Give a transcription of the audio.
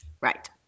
Right